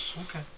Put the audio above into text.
Okay